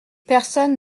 personne